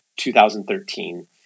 2013